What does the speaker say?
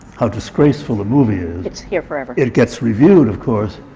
how disgraceful a movie is it's here forever. it gets reviewed, of course,